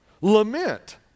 Lament